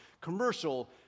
commercial